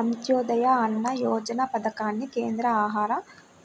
అంత్యోదయ అన్న యోజన పథకాన్ని కేంద్ర ఆహార,